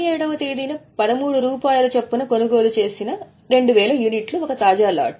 27 వ తేదీన 13 రూపాయల చొప్పున కొనుగోలు చేసిన 2000 యూనిట్లు ఒక తాజా లాట్